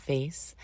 Face